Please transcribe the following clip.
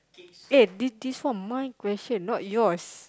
eh this this one my question not yours